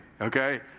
Okay